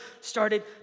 started